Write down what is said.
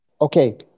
Okay